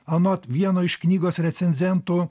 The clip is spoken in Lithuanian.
anot vieno iš knygos recenzentų